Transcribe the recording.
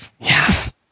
Yes